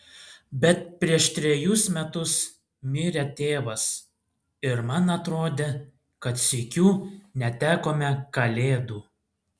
bet prieš trejus metus mirė tėvas ir man atrodė kad sykiu netekome kalėdų